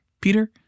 peter